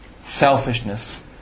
selfishness